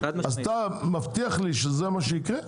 אז אתה מבטיח לי שזה מה שיקרה?